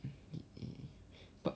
he